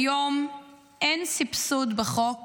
כיום אין סבסוד בחוק